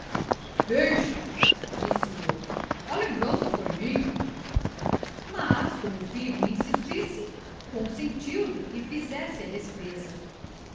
deixa disse o outro a lembrança foi minha mas como firmo insistisse consentiu lhe que fizesse a despesa